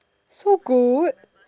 so good